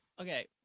Okay